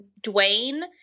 Dwayne